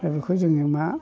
दा बेखौ जोङो मा